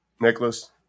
Nicholas